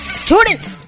students